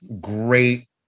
great